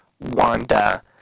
Wanda